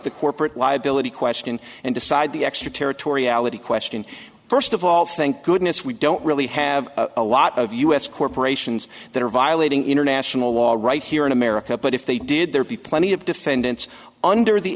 the corporate liability question and decide the extraterritoriality question first of all thank goodness we don't really have a lot of us corporations that are violating international law right here in america but if they did there be plenty of defendants under the